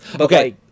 Okay